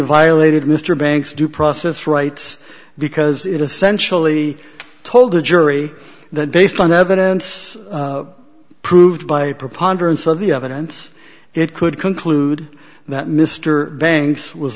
violated mr banks due process rights because it essentially told the jury that based on evidence proved by a preponderance of the evidence it could conclude that mr bangs was